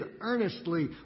earnestly